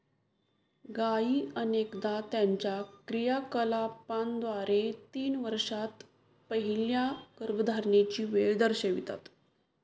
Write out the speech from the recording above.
गायी अनेकदा त्यांच्या क्रियाकलापांद्वारे तीन वर्षांत पहिल्या गर्भधारणेची वेळ दर्शवितात